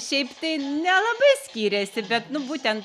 šiaip tai nelabai skiriasi bet nu būtent